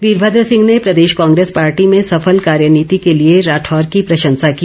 वीरमद्र सिंह ने प्रदेश कांग्रेस पार्टी में सफल कार्य नीति के लिए राठौर की प्रशंसा की